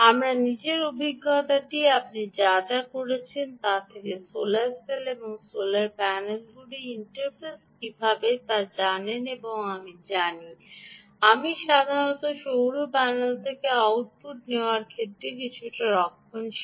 আমার নিজের অভিজ্ঞতাটি আপনি যা যা করেছেন তা থেকে সোলার সেল এবং সোলার প্যানেলগুলির ইন্টারফেসটি কীভাবে জানেন তা আমি জানি আমি সাধারণত সৌর প্যানেল থেকে আউটপুট নেওয়ার ক্ষেত্রে কিছুটা রক্ষণশীল